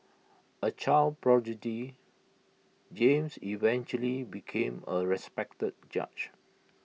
A child prodigy James eventually became A respected judge